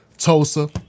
Tulsa